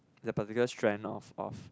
the particular strain of of